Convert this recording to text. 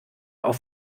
auf